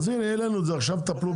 אז הנה, העלינו את זה ועכשיו תטפלו בזה.